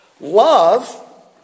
Love